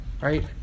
right